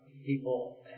people